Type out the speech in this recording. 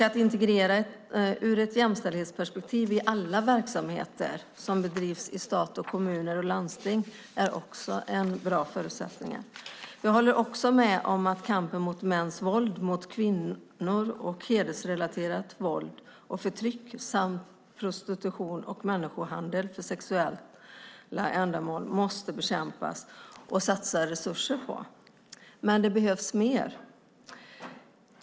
Att integrera ur ett jämställdhetsperspektiv i alla verksamheter som bedrivs i stat, kommuner och landsting är också en bra förutsättning. Jag håller även med om att kampen mot mäns våld mot kvinnor, hedersrelaterat våld och förtryck samt prostitution och människohandel för sexuella ändamål måste bekämpas och satsas resurser på. Det behövs dock mer.